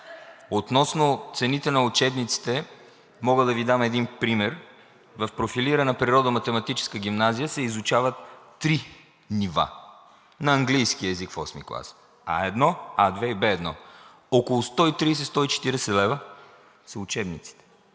Относно цените на учебниците мога да Ви дам един пример: в профилирана природоматематическа гимназия се изучават три нива на английски език в VIII клас – А1, А2 и В1. Около 130 – 140 лв. са учебниците.